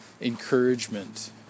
encouragement